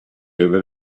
over